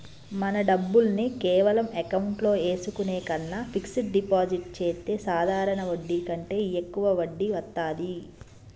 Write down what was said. మన డబ్బుల్ని కేవలం అకౌంట్లో ఏసుకునే కన్నా ఫిక్సడ్ డిపాజిట్ చెత్తే సాధారణ వడ్డీ కంటే యెక్కువ వడ్డీ వత్తాది